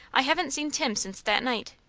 i haven't seen tim since that night.